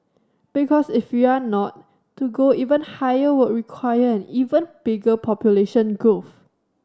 because if you are not to go even higher would require an even bigger population growth